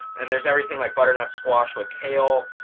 and there's everything like butternut squash with kale,